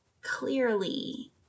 Clearly